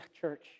church